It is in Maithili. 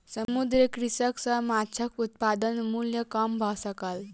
समुद्रीय कृषि सॅ माँछक उत्पादन मूल्य कम भ सकल